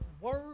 word